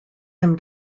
him